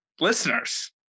Listeners